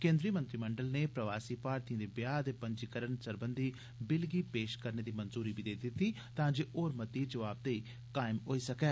केन्द्री मंत्रिमंडल नै प्रवासी भारतीयें दे ब्याह दे पंजीकरण सरबंधी बिल गी पेश करने दी मंजूरी बी देई दित्ती तांजे होर मती जोआबदेई कायम होई सकै